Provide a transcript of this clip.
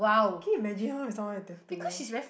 can you imagine her with someone with tattoo